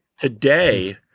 Today